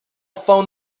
phone